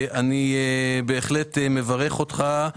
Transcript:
אני בהחלט מברך אותך.